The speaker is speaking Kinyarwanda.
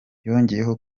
yongeyeho